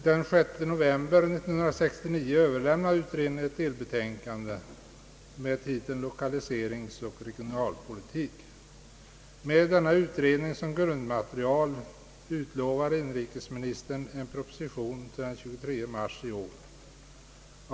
Den 6 november 1969 överlämnade <utredningen ett delbetänkande med titeln ”Lokaliseringsoch regionalpolitik”. Med denna utredning som grundmaterial utlovar inrikesministern en proposition till den 23 mars i år.